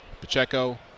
Pacheco